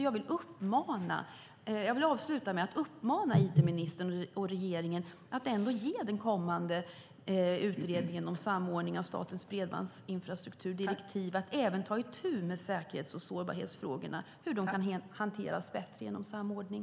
Jag vill därför avsluta med att uppmana it-ministern och regeringen att ändå ge den kommande utredningen om samordningen av statens bredbandinfrastruktur direktiv att även ta itu med säkerhets och sårbarhetsfrågorna och hur de kan hanteras bättre genom samordning.